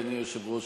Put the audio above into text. אדוני היושב-ראש,